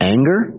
Anger